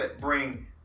bring